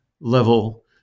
level